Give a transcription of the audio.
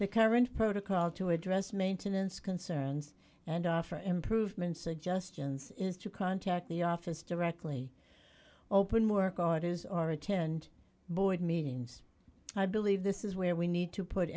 the current protocol to address maintenance concerns and offer improvement suggestions is to contact the office directly open work on it is our attend board meetings i believe this is where we need to put